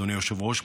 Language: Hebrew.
אדוני היושב-ראש,